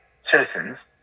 citizens